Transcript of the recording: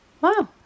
Wow